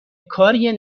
کاریه